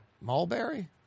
Mulberry